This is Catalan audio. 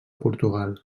portugal